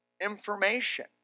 information